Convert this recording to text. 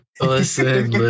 Listen